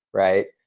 right?